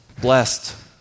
Blessed